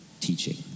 teaching